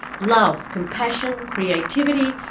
love, compassion, creativity,